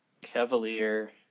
Cavalier